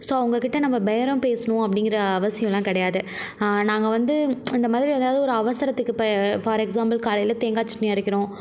so அவங்க கிட்டே நம்ம பேரம் பேசணும் அப்படிங்குற அவசியமெலாம் கிடையாது நாங்கள் வந்து இந்த மாதிரி ஏதாவது ஒரு அவசரத்துக்கு இப்போ ஃபார் எக்ஸாம்பிள் காலையில் தேங்காய் சட்னி அரைக்கிறோம்